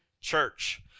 church